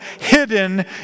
hidden